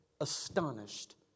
astonished